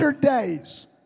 days